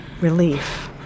relief